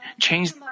change